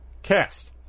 cast